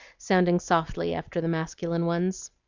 sounding softly after the masculine ones.